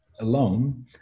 alone